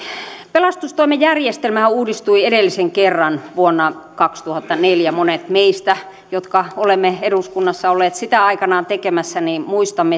pelastustoimen järjestelmähän uudistui edellisen kerran vuonna kaksituhattaneljä monet meistä jotka olemme eduskunnassa olleet sitä aikanaan tekemässä muistavat